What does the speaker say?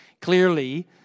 Clearly